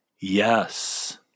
Yes